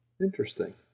Interesting